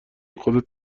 خودت